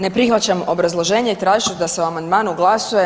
Ne prihvaćam obrazloženje tražit ću da se o amandmanu glasuje.